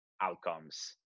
outcomes